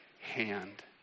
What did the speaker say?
hand